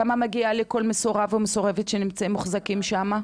כמה מגיע לכל מסורב או מסורבת שמוחזקים שם?